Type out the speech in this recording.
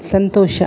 ಸಂತೋಷ